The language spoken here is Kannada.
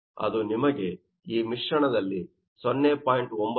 ಅದು ನಿಮಗೆ ಈ ಮಿಶ್ರಣದಲ್ಲಿ 0